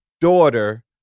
daughter